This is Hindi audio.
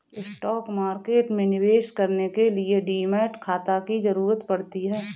स्टॉक मार्केट में निवेश करने के लिए डीमैट खाता की जरुरत पड़ती है